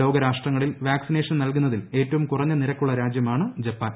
ലോകരാഷ്ട്രങ്ങളിൽ vaccination നൽകുന്നതിൽ ഏറ്റവും കുറഞ്ഞ നിരക്ക് ഉള്ള രാജ്യമാണ് ജപ്പാൻ